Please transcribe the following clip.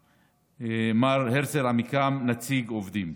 מר הרצל עמיקם, נציג עובדים.